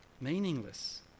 meaningless